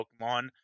Pokemon